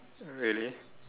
really